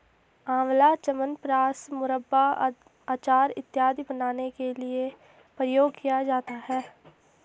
आंवला च्यवनप्राश, मुरब्बा, अचार इत्यादि बनाने के लिए प्रयोग किया जाता है